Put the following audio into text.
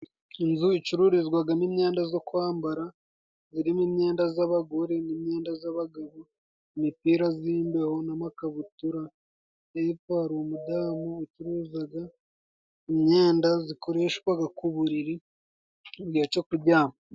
Inzu icururizwagamo imyenda zo kwambara, zirimo imyenda z'abagore n'imyenda z'abagabo, imipira z'imbeho n'amakabutura, hepfo hari umudamu ucuruzaga imyenda zikoreshwaga ku buriri igihe cyo kuryama.